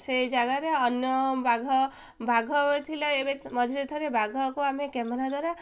ସେଇ ଜାଗାରେ ଅନ୍ୟ ବାଘ ବାଘ ଥିଲା ଏବେ ମଝିରେ ଥରେ ବାଘକୁ ଆମେ କ୍ୟାମେରା ଦ୍ୱାରା